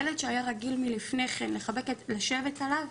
ילד שהיה רגיל מלפני כן לשבת עליו,